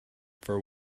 for